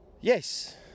yes